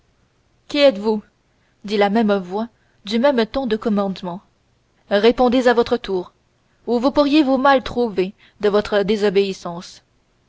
qui êtes-vous dit la même voix du même ton de commandement répondez à votre tour ou vous pourriez vous mal trouver de votre désobéissance